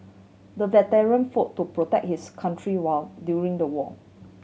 the veteran fought to protect his country war during the war